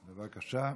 בבקשה,